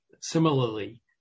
similarly